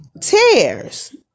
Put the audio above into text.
tears